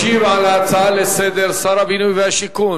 ישיב על ההצעות לסדר-היום שר הבינוי והשיכון,